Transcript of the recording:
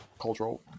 cultural